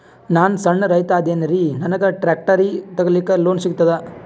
ನಾನ್ ಸಣ್ ರೈತ ಅದೇನೀರಿ ನನಗ ಟ್ಟ್ರ್ಯಾಕ್ಟರಿ ತಗಲಿಕ ಲೋನ್ ಸಿಗತದ?